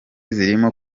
zirimo